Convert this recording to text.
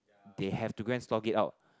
they have to go and slog it out